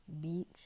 beach